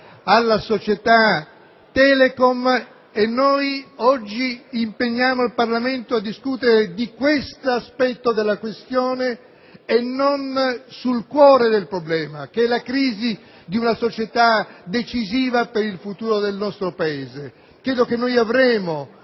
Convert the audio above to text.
alla società Telecom. E oggi impegniamo il Parlamento a discutere di questo aspetto della questione e non del cuore del problema, ossia la crisi di una società decisiva per il futuro del nostro Paese. Credo che avremo